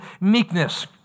meekness